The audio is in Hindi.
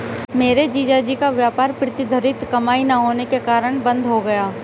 मेरे जीजा जी का व्यापार प्रतिधरित कमाई ना होने के कारण बंद हो गया